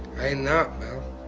not, mel.